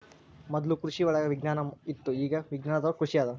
ಮೊದ್ಲು ಕೃಷಿವಳಗ ವಿಜ್ಞಾನ ಇತ್ತು ಇಗಾ ವಿಜ್ಞಾನದೊಳಗ ಕೃಷಿ ಅದ